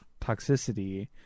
toxicity